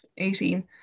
18